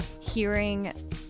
hearing